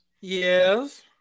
Yes